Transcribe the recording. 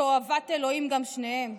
תועבת אלוהים גם שניהם".